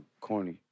corny